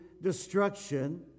destruction